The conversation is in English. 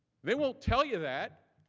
they won't tell you that.